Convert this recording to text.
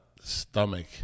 stomach